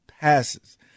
passes